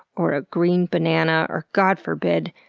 or a green banana, or god forbid,